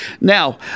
Now